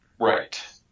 Right